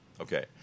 okay